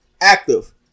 active